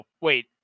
wait